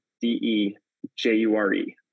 d-e-j-u-r-e